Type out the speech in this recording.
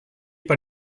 per